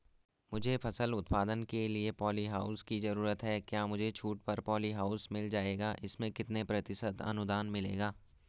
मुझे फसल उत्पादन के लिए प ॉलीहाउस की जरूरत है क्या मुझे छूट पर पॉलीहाउस मिल जाएगा इसमें कितने प्रतिशत अनुदान मिलेगा?